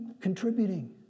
contributing